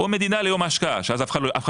או מדינה ליום ההשקעה שאז אף אחד אף אחד